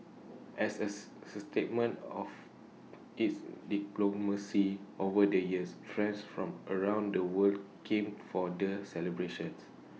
as as stamen of its diplomacy over the years friends from around the world came for the celebrations